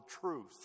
truth